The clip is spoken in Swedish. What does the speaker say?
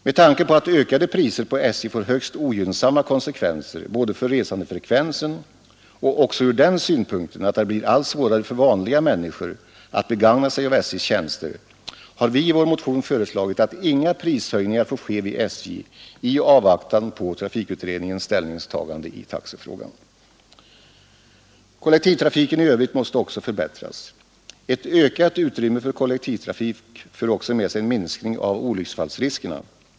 Med tanke på att ökade priser på SJ får högst ogynnsamma konsekvenser, både för resandefrekvensen och också ur den synpunkten att det blir allt svårare för vanliga människor att begagna sig av SJ:s tjänster, har vi i vår motion föreslagit att inga prishöjningar får ske vid SJ i avvaktan på trafikutredningens ställningstagande i taxefrågan. Kollektivtrafiken i övrigt måste också förbättras. Ett ökat utrymme för kollektivtrafik för också med sig en minskning av olycksfallsriskerna.